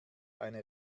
eine